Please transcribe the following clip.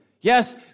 yes